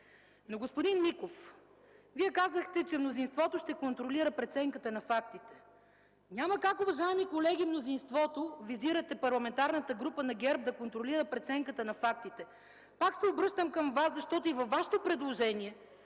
Господин Миков, Вие казахте, че мнозинството ще контролира преценката на фактите. Няма как, уважаеми колеги, мнозинството – визирате Парламентарната група на ГЕРБ – да контролира преценката на фактите. Пак се обръщам към Вас, защото и във Вашето предложение